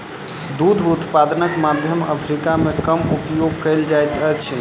दूध उत्पादनक मध्य अफ्रीका मे कम उपयोग कयल जाइत अछि